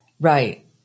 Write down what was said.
Right